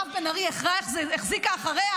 ומירב בן ארי החרתה-החזיקה אחריה,